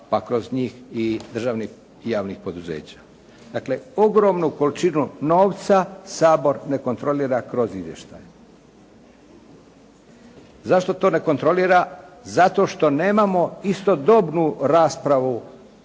a kroz njih i državnih i javnih poduzeća. Dakle ogromnu količinu novca Sabor ne kontrolira kroz izvještaje. Zašto to ne kontrolira? Zato što nemamo istodobnu raspravu